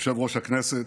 יושב-ראש הכנסת,